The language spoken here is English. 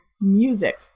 music